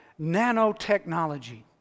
nanotechnology